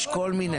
יש כל מיני.